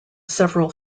several